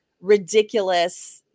ridiculous